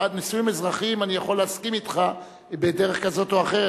על נישואים אזרחיים אני יכול להסכים אתך בדרך כזאת או אחרת,